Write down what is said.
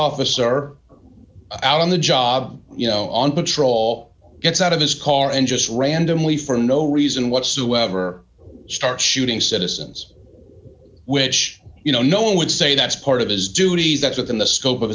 officer alyn the job you know on patrol gets out of his car and just randomly for no reason whatsoever start shooting citizens which you know no one would say that's part of his duties that's within the scope of